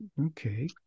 okay